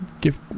Give